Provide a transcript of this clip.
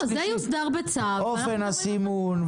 אופן הסימון,